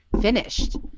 finished